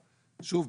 שוב,